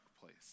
place